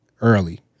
early